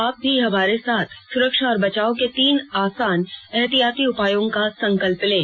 आप भी हमारे साथ सुरक्षा और बचाव के तीन आसान एहतियाती उपायों का संकल्प लें